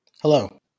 Hello